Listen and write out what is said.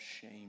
shame